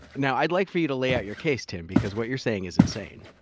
now i'd like for you to lay out your case, tim, because what you're saying is insane.